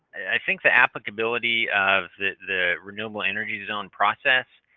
i think the applicability of the renewable energy zone process,